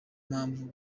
mpamvu